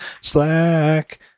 Slack